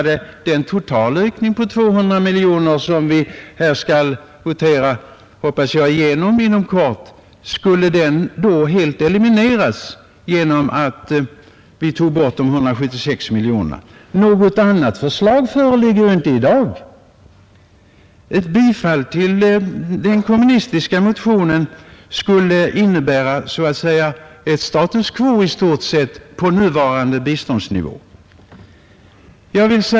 Den totala ökning på 200 miljoner kronor som vi — hoppas jag — skall votera igenom inom kort skulle i så fall nästan helt elimineras genom att vi tog bort de 176 miljonerna. Något förslag om motsvarande ökning föreligger inte i dag. Ett bifall till den kommunistiska motionen skulle i stort sett innebära ett status quo på nuvarande biståndsnivå.